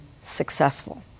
successful